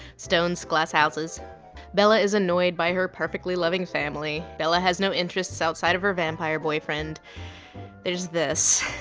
stones, glass houses bella is annoyed by her perfectly loving family. bella has no interests outside of her vampire boyfriend there's this